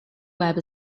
web